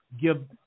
give